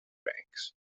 banks